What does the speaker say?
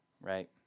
right